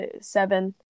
seven